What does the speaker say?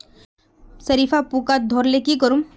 सरिसा पूका धोर ले की करूम?